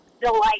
delight